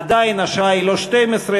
עדיין השעה היא לא 12:00,